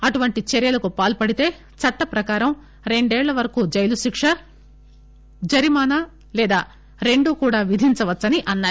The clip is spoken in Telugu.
ఇటువంటి చర్యలకు పాల్పడితే చట్టప్రకారం రెండేళ్ల వరకు జైలు శిక్ష జరిమానా లేదా రెండూ కూడా విధించవచ్చని అన్నారు